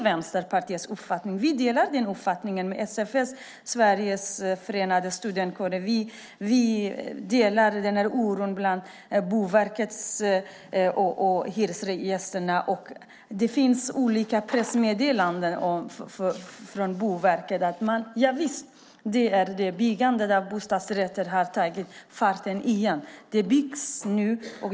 Vänsterpartiet delar oron med SFS, Sveriges förenade studentkårer, Boverket och Hyresgästföreningen. Det finns olika pressmeddelanden från Boverket om att byggandet av bostadsrätter har tagit fart igen.